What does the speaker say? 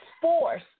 force